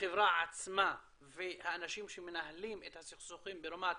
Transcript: החברה עצמה והאנשים שמנהלים את הסכסוכים ברמת